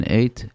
eight